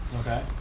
Okay